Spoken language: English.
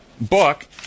book